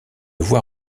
voie